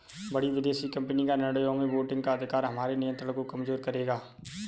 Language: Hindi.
बड़ी विदेशी कंपनी का निर्णयों में वोटिंग का अधिकार हमारे नियंत्रण को कमजोर करेगा